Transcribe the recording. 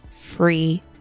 free